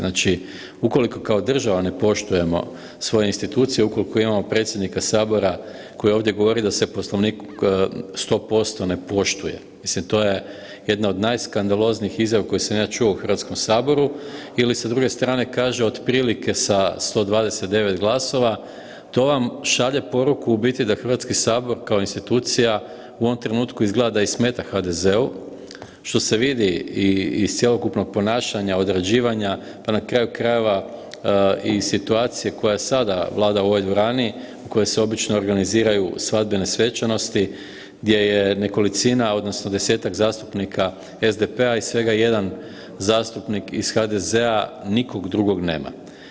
Znači, ukoliko kao država ne poštujemo svoje institucije, ukoliko imamo predsjednika sabora koji ovdje govori da se Poslovnik 100% ne poštuje, mislim to je jedna od najskandaloznijih izjava koje sam ja čuo u Hrvatskom saboru ili sa druge strane kaže otprilike sa 129 glasova, to vam šalje poruku u biti da Hrvatski sabor kao institucija u ovom trenutku izgleda da i smeta HDZ-u, što se vidi i iz cjelokupnog ponašanja, odrađivanja, pa na kraju krajeva i situacije koja sada vlada u ovoj dvorani u kojoj se obično organiziraju svadbene svečanosti, gdje je nekolicina, odnosno 10-tak zastupnika SDP-a i svega jedan zastupnik iz HDZ-a, nikog drugog nema.